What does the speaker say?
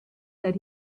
that